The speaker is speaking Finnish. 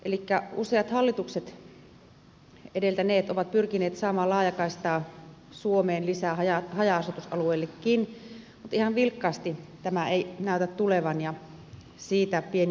useat edelliset hallitukset ovat pyrkineet saamaan laajakaistaa suomeen lisää haja asutusalueillekin mutta ihan vilkkaasti tämä ei näytä tulevan ja siitä pieni moitteen sana